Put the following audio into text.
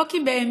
לא כי באמת